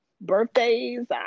birthdays